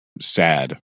sad